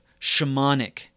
shamanic